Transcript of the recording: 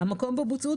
המקום בו בוצעו,